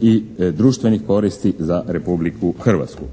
i društvenih koristi za Republiku Hrvatsku.